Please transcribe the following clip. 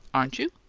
aren't you?